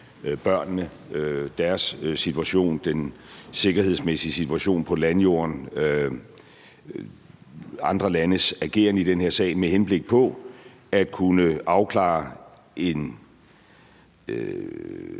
børnene, deres situation, den sikkerhedsmæssige situation på landjorden og andre landes ageren i den her sag med henblik på at kunne afklare en